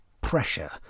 pressure